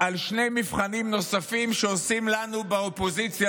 על שני מבחנים נוספים בציונות שעושים לנו באופוזיציה: